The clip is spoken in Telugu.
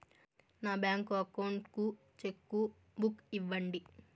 నా బ్యాంకు అకౌంట్ కు చెక్కు బుక్ ఇవ్వండి